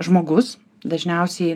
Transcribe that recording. žmogus dažniausiai